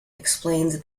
explains